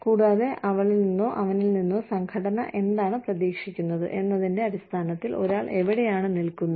കൂടാതെ അവളിൽ നിന്നോ അവനിൽ നിന്നോ സംഘടന എന്താണ് പ്രതീക്ഷിക്കുന്നത് എന്നതിന്റെ അടിസ്ഥാനത്തിൽ ഒരാൾ എവിടെയാണ് നിൽക്കുന്നത്